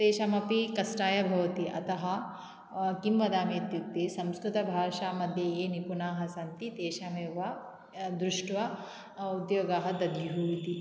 तेषामपि कष्टाय भवति अतः किं वदामि इत्युक्ते संस्कृतभाषामध्ये ये निपुणाः सन्ति तेषामेव दृष्ट्वा उद्योगाः दद्युः इति